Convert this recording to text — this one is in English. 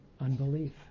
Unbelief